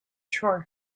shore